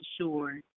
sure